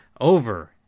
over